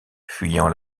fuyant